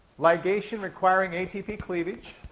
ligation requiring atp cleavage,